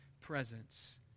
presence